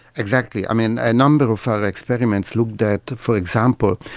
exactly. i mean, a number of our experiments looked at, for example,